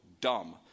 dumb